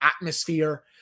atmosphere